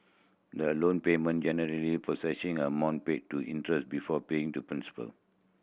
the loan payment generally procession amount paid to interest before paying to principal